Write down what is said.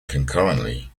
concurrently